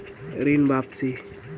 ऋण वापसी?